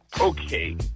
Okay